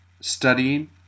studying